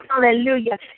Hallelujah